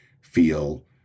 feel